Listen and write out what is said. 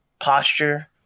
posture